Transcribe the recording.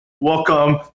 Welcome